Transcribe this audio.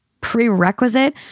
prerequisite